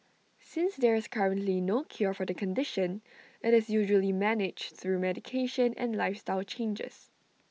since there is currently no cure for the condition IT is usually managed through medication and lifestyle changes